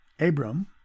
Abram